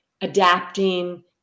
adapting